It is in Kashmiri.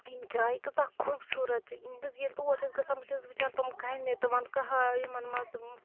یِم جایہِ کۭژاہ خوٗبصوٗرت چھِ بہٕ ییٚلہِ تور چھَس گَژھان بہٕ چھَس وُچھان تِم کَنہِ تِمَن کاہا یِمَن منٛز تِم